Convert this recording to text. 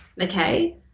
Okay